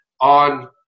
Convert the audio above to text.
on